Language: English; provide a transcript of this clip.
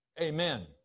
amen